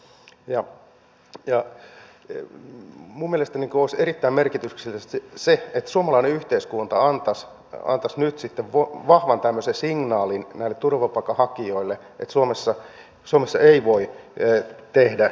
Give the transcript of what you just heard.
minun mielestäni olisi erittäin merkityksellistä se että suomalainen yhteiskunta antaisi nyt vahvan signaalin näille turvapaikanhakijoille että suomessa ei voi tehdä rikoksia